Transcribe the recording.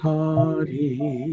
Hari